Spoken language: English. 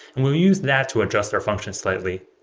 we'll use that to adjust their functions slightly,